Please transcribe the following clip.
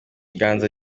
ganza